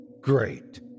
Great